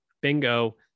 Bingo